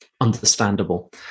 understandable